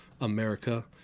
America